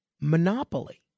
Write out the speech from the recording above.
monopoly